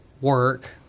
work